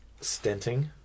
stenting